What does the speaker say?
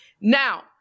Now